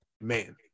man